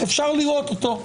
אפשר לראות אותו.